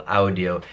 audio